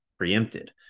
Preempted